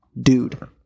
dude